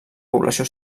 població